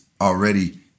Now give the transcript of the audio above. already